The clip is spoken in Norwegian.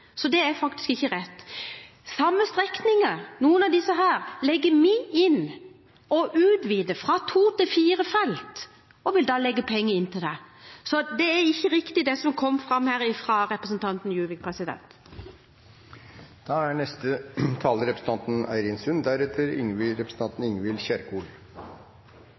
Så det er faktisk ikke rett. Noen av de samme strekningene legger vi inn penger til og utvider fra to til fire felt. Så det er ikke riktig det som kom fra representanten Juvik. Det er